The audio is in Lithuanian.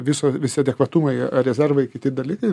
viso visi adekvatumai rezervai kiti dalykai